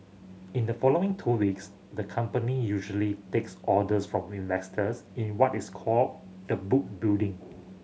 in the following two weeks the company usually takes orders from investors in what is called the book building